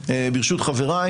ברשות חבריי